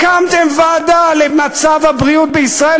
הקמתם ועדה למצב הבריאות בישראל,